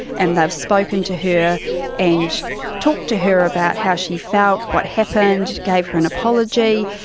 and they've spoken to her and talked to her about how she felt, what happened, gave her an apology,